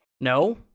No